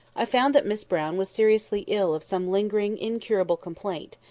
i found that miss brown was seriously ill of some lingering, incurable complaint,